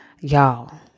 y'all